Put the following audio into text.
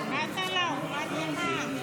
גם הסתייגות זו לא התקבלה.